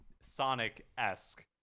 sonic-esque